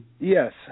Yes